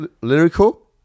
Lyrical